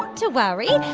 to worry.